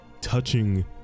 touching